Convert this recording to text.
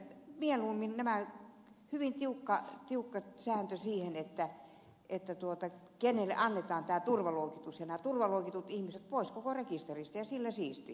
mieluummin hyvin tiukka sääntö siitä kenelle annetaan tämä turvaluokitus ja nämä turvaluokitellut ihmiset pois koko rekisteristä ja sillä siisti